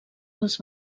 els